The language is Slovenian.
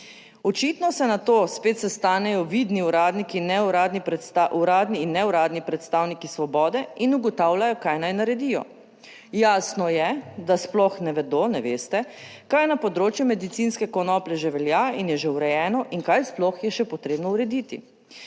Očitno se na to spet sestanejo vidni uradniki, uradni in neuradni predstavniki Svobode in ugotavljajo, kaj naj naredijo. Jasno je, da sploh ne vedo, ne veste, kaj na področju medicinske konoplje že velja in je že urejeno in kaj sploh je še potrebno urediti.